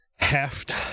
Heft